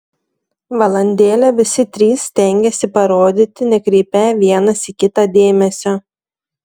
valandėlę visi trys stengėsi parodyti nekreipią vienas į kitą dėmesio